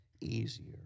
easier